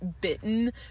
bitten